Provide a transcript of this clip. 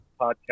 podcast